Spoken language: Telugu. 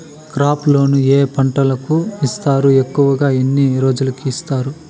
క్రాప్ లోను ఏ పంటలకు ఇస్తారు ఎక్కువగా ఎన్ని రోజులకి ఇస్తారు